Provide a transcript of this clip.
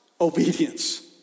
obedience